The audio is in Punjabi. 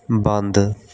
ਬੰਦ